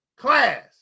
class